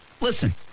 Listen